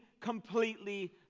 completely